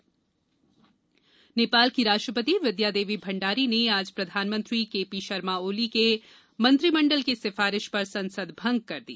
नेपाल संसद भंग नेपाल की राष्ट्रपति विद्या देवी भंडारी ने आज प्रधानमंत्री के पी शर्मा ओली के मंत्रिमंडल की सिफारिश पर संसद भंग कर दी